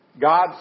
God